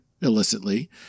illicitly